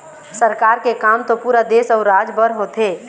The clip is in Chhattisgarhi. सरकार के काम तो पुरा देश अउ राज बर होथे